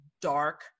dark